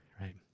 right